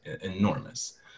enormous